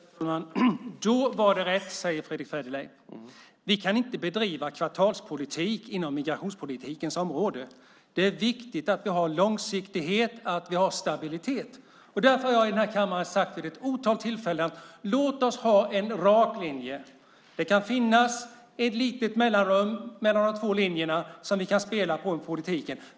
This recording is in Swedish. Fru talman! Då var det rätt, säger Fredrick Federley. Vi kan inte bedriva kvartalspolitik inom migrationspolitiken. Det är viktigt att vi har långsiktighet och stabilitet. Därför har jag i denna kammare vid ett otal tillfällen sagt: Låt oss ha en rak linje. Det kan finnas ett litet mellanrum mellan de två linjerna som vi kan spela på i politiken.